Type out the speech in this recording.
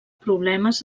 problemes